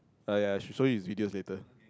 uh ya should show you videos later